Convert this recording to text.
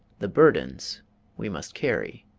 the burdens we must carry,